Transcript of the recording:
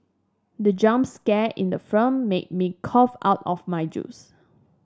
the jump scare in the film made me cough out of my juice